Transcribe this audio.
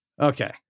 Okay